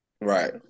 right